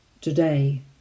today